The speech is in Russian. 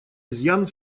изъян